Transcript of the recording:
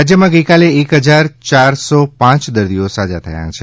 રાજ્યમાં ગઇકાલે એક હજાર યાર સો પાંચ દર્દીઓ સાજા થયા છે